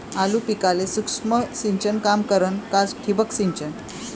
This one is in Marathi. आलू पिकाले सूक्ष्म सिंचन काम करन का ठिबक सिंचन?